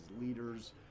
leaders